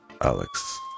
Alex